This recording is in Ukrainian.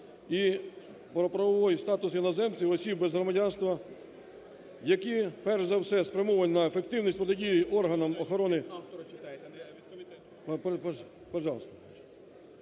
і "Про правовий статус іноземців, осіб без громадянства" – які, перш за все, спрямовані на ефективність протидії органам охорони…